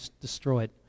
destroyed